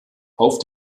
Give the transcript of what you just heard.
auf